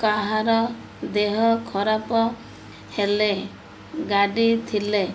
କାହାର ଦେହ ଖରାପ ହେଲେ ଗାଡି ଥିଲେ